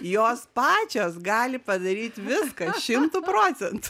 jos pačios gali padaryt viską šimtu procentų